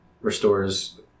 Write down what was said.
restores